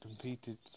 competed